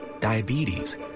diabetes